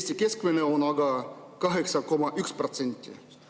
Eesti keskmine on aga 8,1%